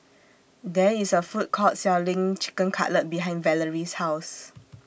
There IS A Food Court Selling Chicken Cutlet behind Valerie's House